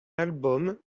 album